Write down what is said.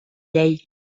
llei